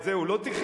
את זה הוא לא תכנן?